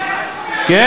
שהציבור ירגיש,